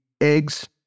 eggs